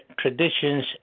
traditions